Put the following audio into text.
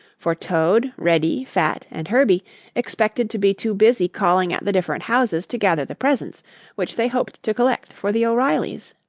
for toad, reddy, fat and herbie expected to be too busy calling at the different houses to gather the presents which they hoped to collect for the o'reillys.